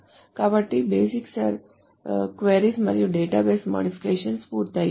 కాబట్టి basic queries మరియు database modifications పూర్తయ్యాయి